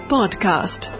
Podcast